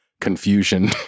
confusion